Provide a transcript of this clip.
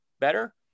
better